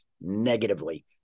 negatively